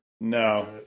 No